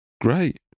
great